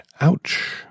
Ouch